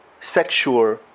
sexual